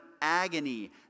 agony